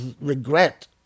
regret